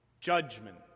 Judgment